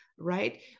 right